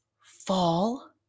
fall